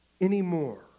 anymore